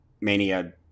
Mania